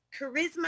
charisma